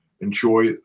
enjoy